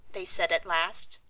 they said at last.